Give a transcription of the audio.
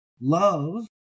Love